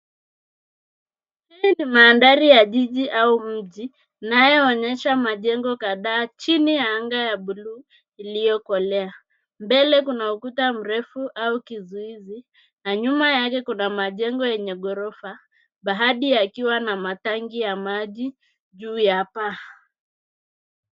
Hii ni mandahri ya jiji au mji inayoonyesha majengo kadhaa chini ya anga ya buluu iliyokolea. Mbele kuna ukuta mrefu au kizuizi na nyuma yake kuna majengo yenye gorofa; baadhi yakiwa na matangi ya maji juu ya paa.